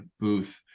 booth